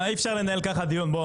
אי אפשר לנהל ככה דיון,